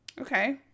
okay